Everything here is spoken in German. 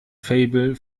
faible